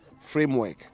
framework